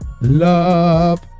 love